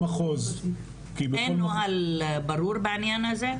אין נוהל ברור בעניין הזה?